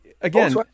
again